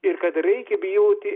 ir kad reikia bijoti